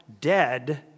dead